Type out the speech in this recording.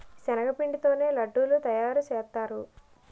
శనగపిండి తోనే లడ్డూలు తయారుసేత్తారు